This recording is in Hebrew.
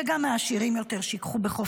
וגם מהעשירים יותר שייקחו בחוק